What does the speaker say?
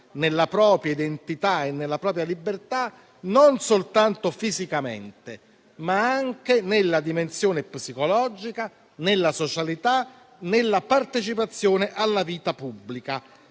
nella propria identità e nella propria libertà, non soltanto fisicamente, ma anche nella dimensione psicologica, nella socialità, nella partecipazione alla vita pubblica.